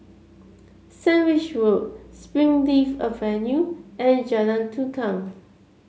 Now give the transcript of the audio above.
Sandwich Road Springleaf Avenue and Jalan Tukang